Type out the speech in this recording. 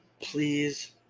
Please